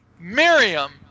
Miriam